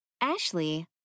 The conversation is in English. Ashley